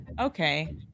okay